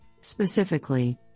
Specifically